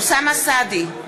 אוסאמה סעדי,